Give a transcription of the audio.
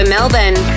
Melbourne